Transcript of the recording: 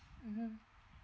mmhmm